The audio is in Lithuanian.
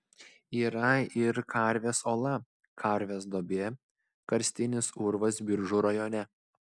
yra ir karvės ola karvės duobė karstinis urvas biržų rajone